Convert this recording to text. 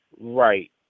Right